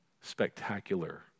spectacular